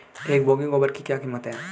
एक बोगी गोबर की क्या कीमत है?